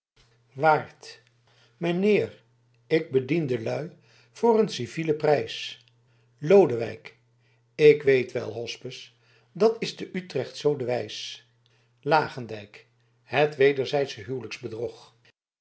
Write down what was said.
waard mijnheer k bedien de lui voor een civielen prijs lodewijk ik weet wel hospes dat is te utrecht zoo de wijs langendijk het wederzijds